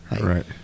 Right